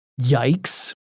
Yikes